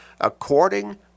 according